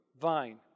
vine